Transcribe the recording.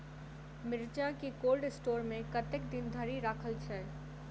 मिर्चा केँ cold store मे कतेक दिन धरि राखल छैय?